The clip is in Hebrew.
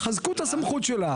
תחזקו את הסמכות שלה.